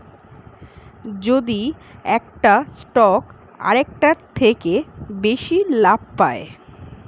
যদি একটা স্টক আরেকটার থেকে বেশি লাভ পায়